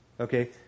Okay